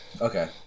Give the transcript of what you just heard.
Okay